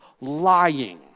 lying